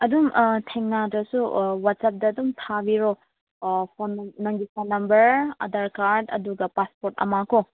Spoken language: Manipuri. ꯑꯗꯨꯝ ꯊꯦꯡꯅꯔꯁꯨ ꯋꯥꯆꯞꯇ ꯑꯗꯨꯝ ꯊꯥꯕꯤꯔꯣ ꯐꯣꯟ ꯅꯪꯒꯤ ꯐꯣꯟ ꯅꯃꯕꯔ ꯑꯗꯥꯔ ꯀꯥꯔꯗ ꯑꯗꯨꯒ ꯄꯥꯁꯄꯣꯠ ꯑꯃꯀꯣ